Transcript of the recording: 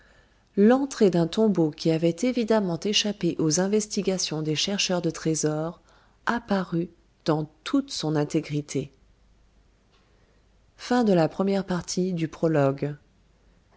l'entrée d'un tombeau qui avait évidemment échappé aux investigations des chercheurs de trésors apparut dans toute son intégrité